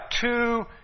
two